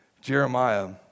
Jeremiah